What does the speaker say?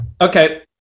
okay